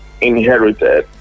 inherited